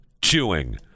chewing